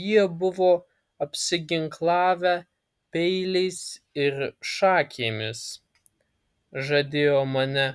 jie buvo apsiginklavę peiliais ir šakėmis žadėjo mane